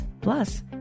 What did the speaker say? Plus